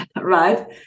right